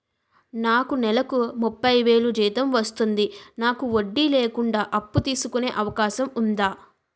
నాకు నేలకు ముప్పై వేలు జీతం వస్తుంది నాకు వడ్డీ లేకుండా అప్పు తీసుకునే అవకాశం ఉందా